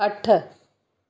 अठ